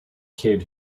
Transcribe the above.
kid